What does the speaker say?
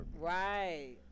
Right